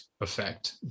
effect